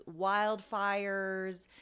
wildfires